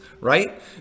right